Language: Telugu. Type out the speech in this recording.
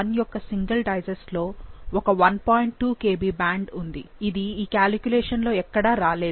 2 Kb బ్యాండ్ ఉంది ఇది ఈ కాలిక్యులేషన్ లో ఎక్కడా రాలేదు